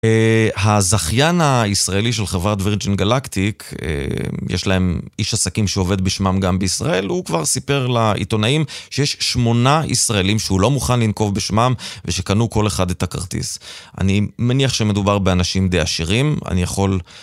הזכיין הישראלי של חברת וירג'ין גלקטיק, יש להם איש עסקים שעובד בשמם גם בישראל, הוא כבר סיפר לעיתונאים שיש שמונה ישראלים שהוא לא מוכן לנקוב בשמם, ושקנו כל אחד את הכרטיס. אני מניח שמדובר באנשים די עשירים, אני יכול...